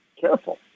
careful